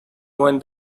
when